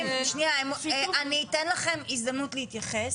אני אתן לכם הזדמנות להתייחס.